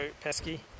Pesky